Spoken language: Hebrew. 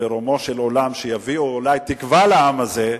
שברומו של עולם, שיביאו אולי תקווה לעם הזה.